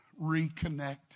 reconnect